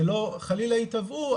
שלא חלילה ייתבעו,